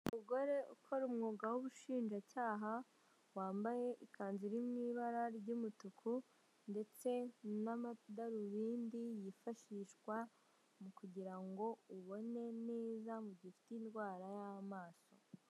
Umugore ukora umwuga w'ubushinjacyaha wambaye ikanzu iri mwibara ry'umutuku, ndetse n'amadarubindi yifashishwa mu kugira ngo ubone neza mu mugihe ufite indwara y'amaso